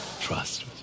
Trust